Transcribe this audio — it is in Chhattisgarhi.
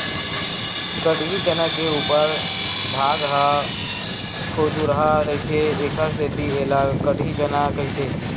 कटही चना के उपर भाग ह खुरदुरहा रहिथे एखर सेती ऐला कटही चना कहिथे